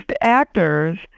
actors